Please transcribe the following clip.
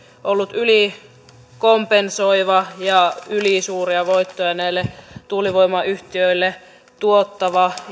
ollut ylikompensoiva ja ylisuuria voittoja näille tuulivoimayhtiöille tuottava